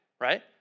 right